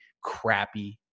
crappy